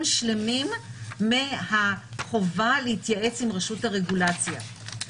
שלמים מהחובה להתייעץ עם רשות הרגולציה.